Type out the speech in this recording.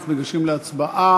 אנחנו ניגשים להצבעה.